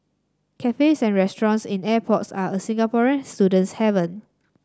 cafes and restaurants in airports are a Singaporean student's haven